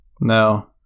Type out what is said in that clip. No